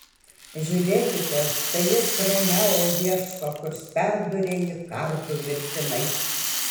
žiūrėkite štai jis romeo ieško kurs perdūrė jį kardu mirtinai